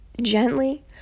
gently